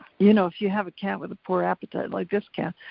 you know, if you have a cat with a poor appetite like this cat,